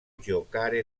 giocare